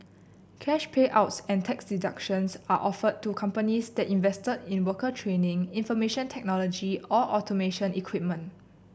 cash payouts and tax deductions are offered to companies that invest in worker training information technology or automation equipment